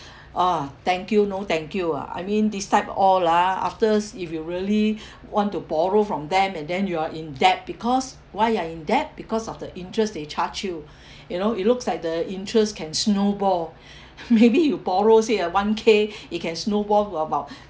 ah thank you no thank you ah I mean this type all ah afterwards if you really want to borrow from them and then you are in debt because why you're in debt because of the interest they charge you you know it looks like the interest can snowball maybe you borrow say ah one K it can snowball to about